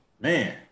Man